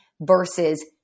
versus